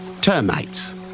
Termites